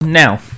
Now